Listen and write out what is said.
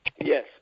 Yes